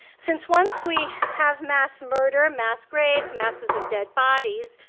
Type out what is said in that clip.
since once we have mass murder, mass graves, masses of dead bodies,